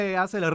hace